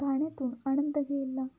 गाण्यातून आनंद घेतला